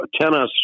Tennis